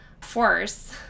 force